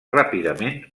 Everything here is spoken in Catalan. ràpidament